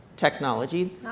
technology